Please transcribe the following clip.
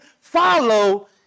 follow